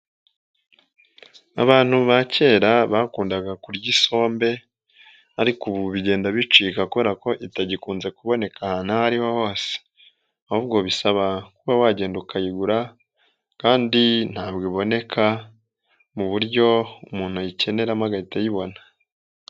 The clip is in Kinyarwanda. Abantu ba kera bakundaga kurya isombe ariko ubu bigenda bicika kubera ko itagikunze kuboneka ahantu aho ari ho hose ahubwo bisaba kuba wagenda ukayigura kandi ntabwo iboneka mu buryo umuntu ayikeneramo agahita ayibona.